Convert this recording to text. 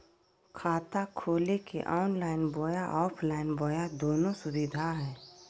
खाता खोले के ऑनलाइन बोया ऑफलाइन बोया दोनो सुविधा है?